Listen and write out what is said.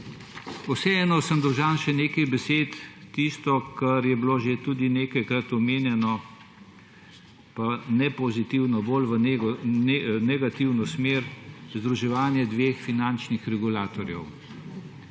Vseeno sem dolžan še nekaj besed, kar je bilo tudi že nekajkrat omenjeno, pa ne v pozitivno, bolj v negativno smer, združevanje dveh finančnih regulatorjev.